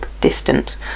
distance